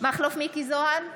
מכלוף מיקי זוהר,